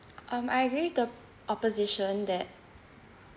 um I agree with the opposition that